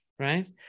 right